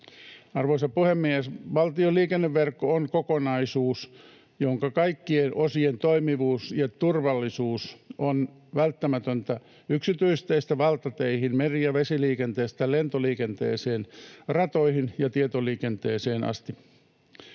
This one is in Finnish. Arvoisa puhemies! Valtion liikenneverkko on kokonaisuus, jonka kaikkien osien toimivuus ja turvallisuus on välttämätöntä yksityisteistä valtateihin, meri- ja vesiliikenteestä lentoliikenteeseen, ratoihin ja tietoliikenteeseen asti.